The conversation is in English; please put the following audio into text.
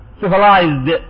civilized